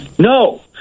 No